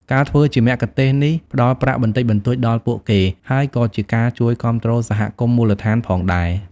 ការធ្វើជាមគ្គុទ្ទេសក៏នេះផ្ដល់ប្រាក់បន្តិចបន្តួចដល់ពួកគេ ហើយក៏ជាការជួយគាំទ្រសហគមន៍មូលដ្ឋានផងដែរ។